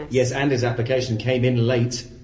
yes, and his application came in late.